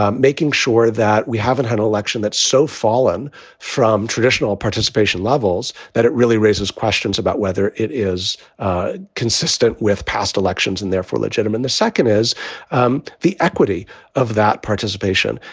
um making sure that we haven't had an election that's so fallen from traditional participation levels that it really raises questions about whether it is consistent with past elections and therefore legitimate. the second is um the equity of that participation.